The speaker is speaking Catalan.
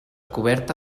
coberta